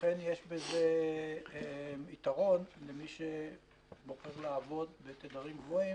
ולכן יש בזה יתרון למי שבוחר לעבוד בתדרים גבוהים